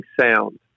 sound